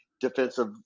defensive